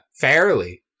fairly